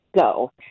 go